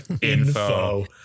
Info